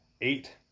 Eight